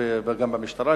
גם במשטרה,